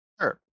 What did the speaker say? Sure